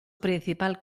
principal